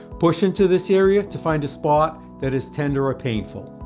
push into this area to find a spot that is tender or painful.